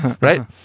Right